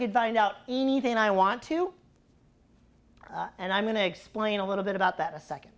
could find out anything i want to and i'm going to explain a little bit about that a second